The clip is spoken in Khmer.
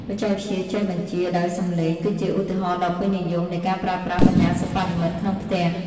បច្ចេកវិទ្យាចេះបញ្ជាដោយសំឡេង គឺជាឧទាហរណ៍ដ៏ពេញនិយមនៃការប្រើប្រាស់បញ្ញាសិប្បនិម្មិតក្នុងផ្ទះ។